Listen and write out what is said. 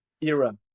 era